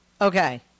Okay